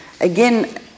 Again